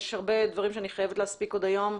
יש הרבה דברים שאני חייבת להספיק עוד היום.